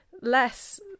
less